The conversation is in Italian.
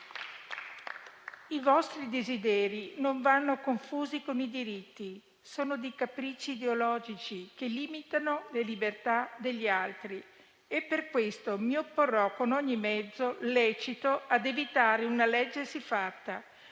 I vostri desideri non vanno confusi con i diritti: sono dei capricci ideologici che limitano le libertà degli altri e per questo mi opporrò con ogni mezzo lecito ad evitare una legge siffatta,